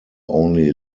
only